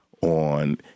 on